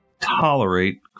tolerate